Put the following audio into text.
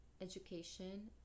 education